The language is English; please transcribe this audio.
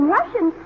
Russian